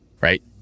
right